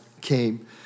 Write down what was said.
came